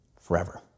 forever